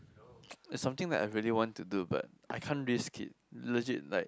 it's something that I really want to do but I can risk it legit like